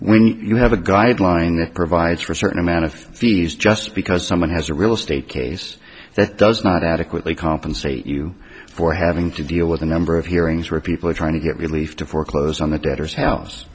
when you have a guideline that provides for a certain amount of fees just because someone has a real estate case that does not adequately compensate you for having to deal with a number of hearings where people are trying to get relief to foreclose on the debtors house